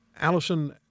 Allison